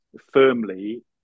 firmly